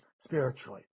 spiritually